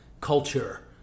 culture